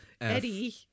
eddie